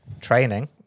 training